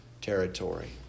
territory